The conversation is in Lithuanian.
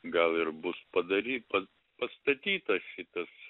gal ir bus padarytas pastatytas šitas